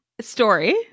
Story